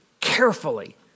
carefully